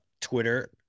Twitter